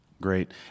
Great